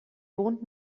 wohnt